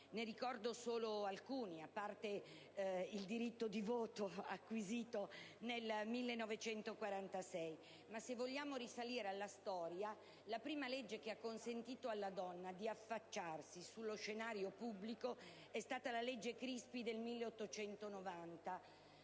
Ne ricordo solo alcuni, a parte il diritto di voto acquisito nel 1946. Se vogliamo risalire alla storia, la prima legge che ha consentito alla donna di affacciarsi sullo scenario pubblico è stata la legge Crispi del 1890,